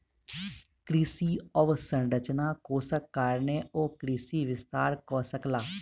कृषि अवसंरचना कोषक कारणेँ ओ कृषि विस्तार कअ सकला